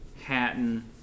Hatton